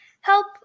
help